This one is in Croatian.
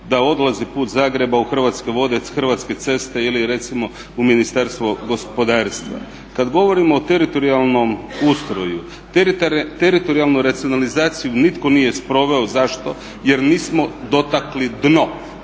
da odlazi put Zagreba u Hrvatske vode, Hrvatske ceste ili recimo u Ministarstvo gospodarstva. Kad govorimo o teritorijalnom ustroju, teritorijalnu racionalizaciju nitko nije sproveo, zašto, jer nismo dotakli dno.